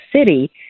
city